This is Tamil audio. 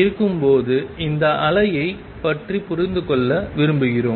இருக்கும்போது இந்த அலையைப் பற்றி புரிந்து கொள்ள விரும்புகிறோம்